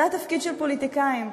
זה התפקיד של פוליטיקאים.